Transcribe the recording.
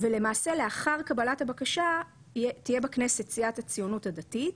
ולמעשה לאחר קבלת הבקשה תהיה בכנסת סיעת הציונות הדתית,